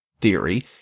theory